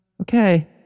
okay